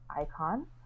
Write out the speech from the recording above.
icon